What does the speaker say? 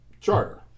charter